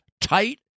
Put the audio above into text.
tight